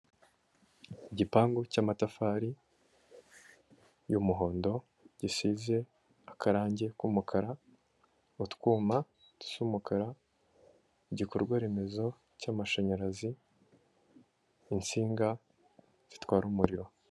Igipangu cy'amatafari y'umuhondo, gisize akarange k'umukara, utwuma dusa umukara, igikorwaremezo cy'amashanyarazi, insinga zitwara umuriro.